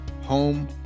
home